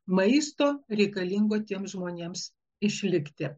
maisto reikalingo tiems žmonėms išlikti